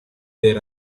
their